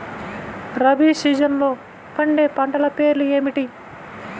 రబీ సీజన్లో పండే పంటల పేర్లు ఏమిటి?